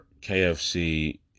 KFC